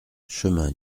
chemin